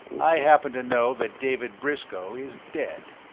i happen to know that david briscoe is dead.